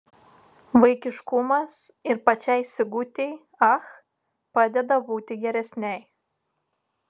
vaikiškumas ir pačiai sigutei ach padeda būti geresnei